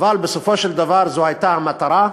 אבל בסופו של דבר זו הייתה המטרה.